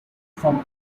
from